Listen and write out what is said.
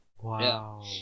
Wow